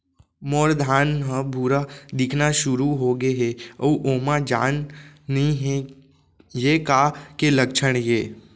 मोर धान ह भूरा दिखना शुरू होगे हे अऊ ओमा जान नही हे ये का के लक्षण ये?